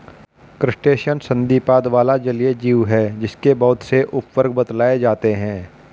crustacean संधिपाद वाला जलीय जीव है जिसके बहुत से उपवर्ग बतलाए जाते हैं